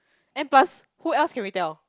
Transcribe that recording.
and plus who else can we tell